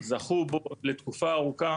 זכו בו לתקופה ארוכה.